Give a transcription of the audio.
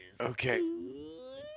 Okay